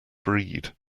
breed